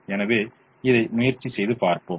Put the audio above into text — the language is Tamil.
எனவே இதை முயற்சி செய்து பார்ப்போம்